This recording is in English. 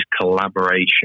collaboration